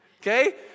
Okay